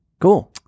Cool